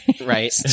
right